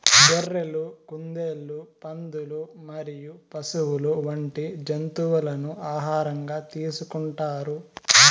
గొర్రెలు, కుందేళ్లు, పందులు మరియు పశువులు వంటి జంతువులను ఆహారంగా తీసుకుంటారు